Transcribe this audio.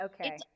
okay